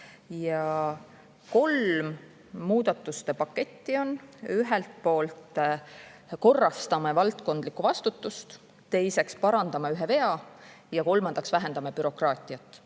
On kolm muudatuste paketti. Esiteks korrastame valdkondlikku vastutust, teiseks parandame ühe vea ja kolmandaks vähendame bürokraatiat.